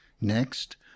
Next